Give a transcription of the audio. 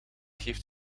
heeft